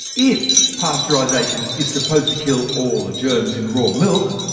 if pasteurisation is supposed to kill all the germs in raw milk,